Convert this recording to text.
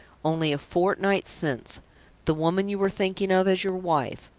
only a fortnight since the woman you were thinking of as your wife!